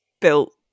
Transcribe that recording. built